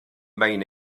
beina